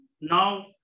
now